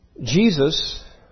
Jesus